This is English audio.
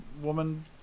woman